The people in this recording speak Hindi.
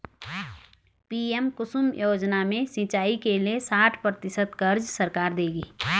पी.एम कुसुम योजना में सिंचाई के लिए साठ प्रतिशत क़र्ज़ सरकार देगी